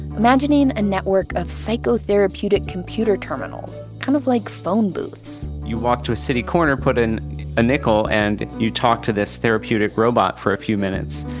imagining a network of psychotherapeutic computer terminals, kind of like phone booths you walk to a city corner, put in a nickel and you talk to this therapeutic robot for a few minutes,